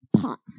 pots